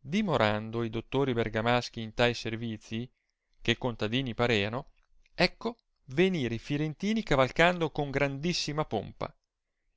dimorando i dottori bergamaschi in tai servizi che contadini pareano ecco venire i firentini cavalcando con grandissima pompa